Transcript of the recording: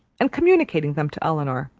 and communicating them to elinor.